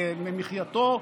למחייתו,